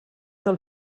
del